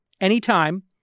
anytime